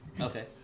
okay